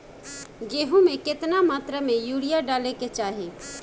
गेहूँ में केतना मात्रा में यूरिया डाले के चाही?